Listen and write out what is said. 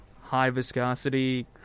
high-viscosity